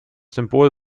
symbol